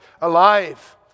alive